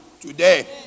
Today